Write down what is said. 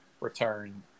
return